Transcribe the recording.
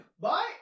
Bye